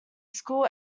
school